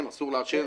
ברור שאסור לעשן.